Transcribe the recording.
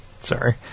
Sorry